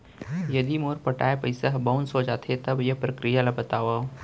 यदि मोर पटाय पइसा ह बाउंस हो जाथे, तब के प्रक्रिया ला बतावव